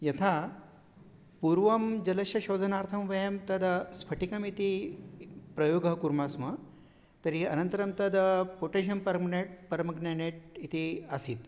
यथा पूर्वं जलस्य शोधनार्थं वयं तद् स्फटिकमिति प्रयोगं कुर्मः स्म तर्हि अनन्तरं तद् पोटेशं पर्म्नेट् पर्म्ग्नेनेट् इति आसीत्